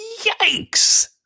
Yikes